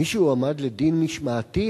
מישהו עמד לדין משמעתי?